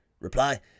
reply